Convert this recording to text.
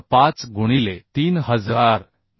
5 गुणिले 3294